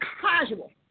casual